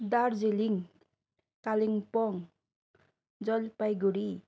Darjeeling Kalimpong Jalpaiguri